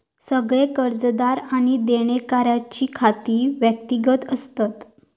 सगळे कर्जदार आणि देणेकऱ्यांची खाती व्यक्तिगत असतत